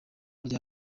rya